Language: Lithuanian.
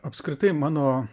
apskritai mano